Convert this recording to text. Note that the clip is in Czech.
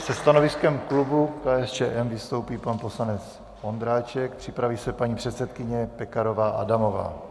Se stanoviskem klubu KSČM vystoupí pan poslanec Ondráček, připraví se paní předsedkyně Pekarová Adamová.